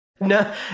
No